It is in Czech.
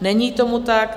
Není tomu tak.